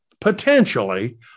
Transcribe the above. potentially